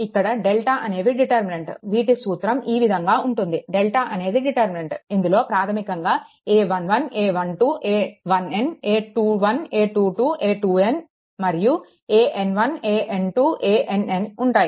ఇక్కడ డెల్టా అనేవి డిటర్మినెంట్ వీటి సూత్రం ఈ విధంగా ఉంటుంది డెల్టా అనేది డిటర్మినెంట్ ఇందులో ప్రాధమికంగా a 1 1 a 1 2 a 1n a 21 a 2 2 a 2n మరియు an 1 an2 ann ఉంటాయి